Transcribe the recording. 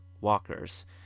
walkers